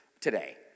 today